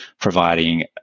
providing